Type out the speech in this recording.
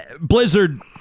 Blizzard